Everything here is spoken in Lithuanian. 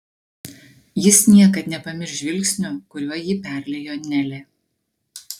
jis niekad nepamirš žvilgsnio kuriuo jį perliejo nelė